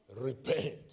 Repent